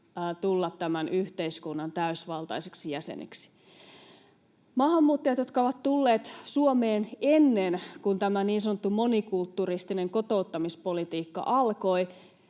tulla tämän yhteiskunnan täysivaltaiseksi jäseneksi. Maahanmuuttajat, jotka ovat tulleet Suomeen ennen kuin tämä niin sanottu monikulturistinen kotouttamispolitiikka alkoi,